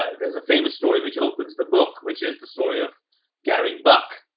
ah there's a famous story which opens the book, which is the story of carrie buck.